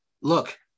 look